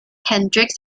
hendrix